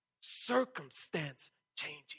circumstance-changing